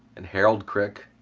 and harold crick,